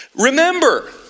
remember